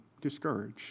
discouraged